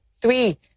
three